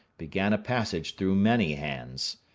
began a passage through many hands.